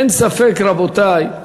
רבותי,